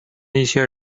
一些